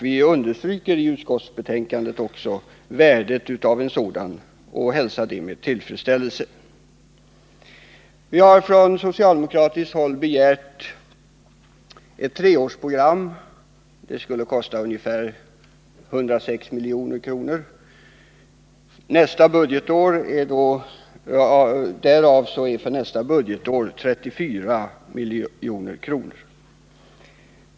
Vi understryker i utskottsbetänkandet värdet av en sådan kampanj och hälsar anslaget med tillfredsställelse. Vi har på socialdemokratiskt håll begärt ett treårsprogram. Det skulle kosta ungefär 106 milj.kr., därav 34 milj.kr. nästa budgetår.